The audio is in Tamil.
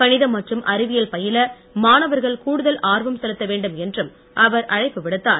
கணிதம் மற்றும் அறிவியல் பயில மாணவர்கள் கூடுதல் ஆர்வம் செலுத்தவேண்டும் என்றும் அவர் அழைப்பு விடுத்தார்